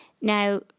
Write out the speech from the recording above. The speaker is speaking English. Now